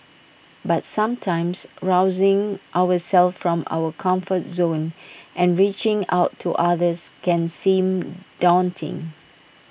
but sometimes rousing ourselves from our comfort zones and reaching out to others can seem daunting